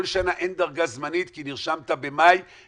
לא, כל שנה אין בגלל שהרישום הוא קודם.